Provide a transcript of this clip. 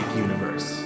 universe